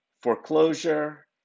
foreclosure